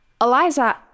Eliza